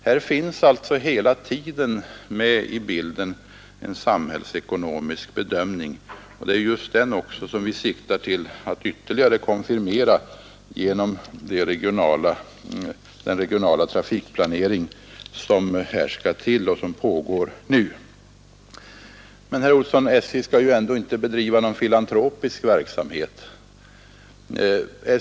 Här finns alltså hela tiden med i bilden en samhällsekonomisk bedömning. Det är just detta som vi siktar till att ytterligare konfirmera genom den regionala trafikplanering som här krävs och som redan pågår. Men, herr Olsson, SJ skall ju inte driva någon filantropisk verksamhet.